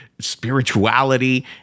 spirituality